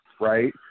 right